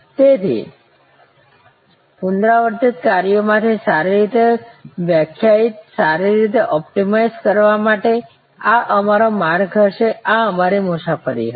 તેથી પુનરાવર્તિત કાર્યોમાંથી સારી રીતે વ્યાખ્યાયિત સારી રીતે ઑપ્ટિમાઇઝ કરવા માટે આ અમારો માર્ગ હશે આ અમારી મુસાફરી હશે